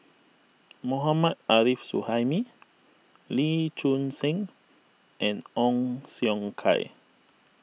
Mohammad Arif Suhaimi Lee Choon Seng and Ong Siong Kai